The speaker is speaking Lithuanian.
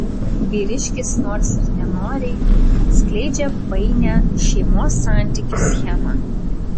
vyriškis nors ir nenoriai atskleidžia painią šeimos santykių schemą